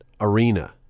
arena